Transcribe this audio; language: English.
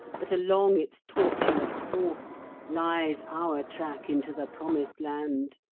but along its tortuous course lies our track into the promised land.